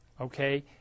Okay